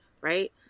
right